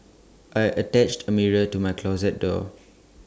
I attached A mirror to my closet door